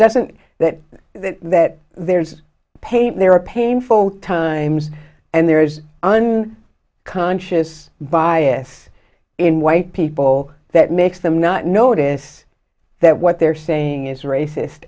doesn't that that there's pain there are painful times and there is on conscious bias in white people that makes them not notice that what they're saying is racist